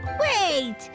Wait